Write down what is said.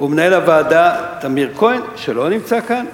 למנהל הוועדה, טמיר כהן, שלא נמצא כאן.